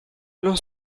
non